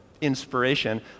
inspiration